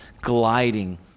gliding